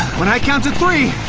when i count to three,